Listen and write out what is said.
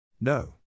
No